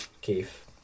Keith